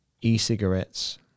e-cigarettes